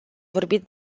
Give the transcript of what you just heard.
vorbit